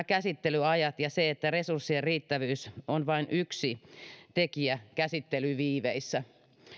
käsittelyajat ja sen että resurssien riittävyys on vain yksi tekijä käsittelyviiveissä